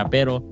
Pero